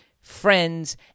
friends